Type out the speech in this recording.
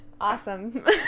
Awesome